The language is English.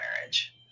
marriage